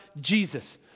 Jesus